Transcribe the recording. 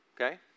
Okay